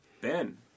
Ben